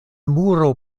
muro